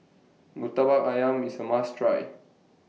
Murtabak Ayam IS A must Try